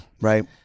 right